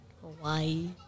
hawaii